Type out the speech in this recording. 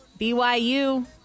BYU